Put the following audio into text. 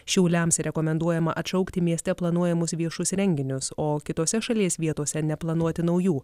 šiauliams rekomenduojama atšaukti mieste planuojamus viešus renginius o kitose šalies vietose neplanuoti naujų